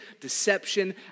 deception